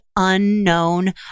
Unknown